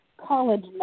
college